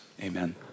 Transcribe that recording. amen